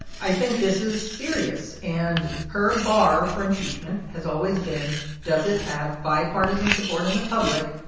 i think this is serious. and her bar for impeachment has always been does it have bipartisan support in the public,